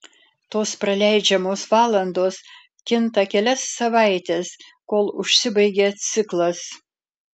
tos praleidžiamos valandos kinta kelias savaites kol užsibaigia ciklas